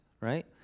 right